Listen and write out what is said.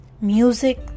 Music